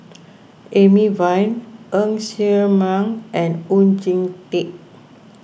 Amy Van Ng Ser Miang and Oon Jin Teik